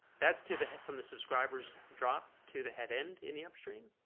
that's to the head from the subscribers drop to the head end in the upstream